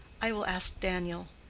i will ask daniel.